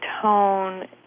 tone